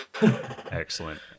excellent